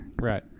Right